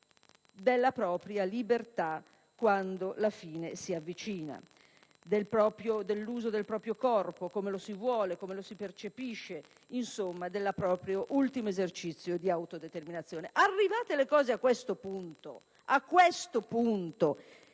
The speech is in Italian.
della propria libertà quando la fine si avvicina, dell'uso del proprio corpo, come lo si vuole, come lo si percepisce, insomma del proprio ultimo esercizio di autodeterminazione. Arrivati a questo punto, è legittimo